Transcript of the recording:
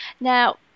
now